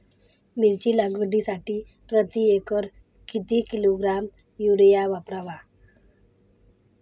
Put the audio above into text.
मिरची लागवडीसाठी प्रति एकर किती किलोग्रॅम युरिया वापरावा?